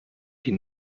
die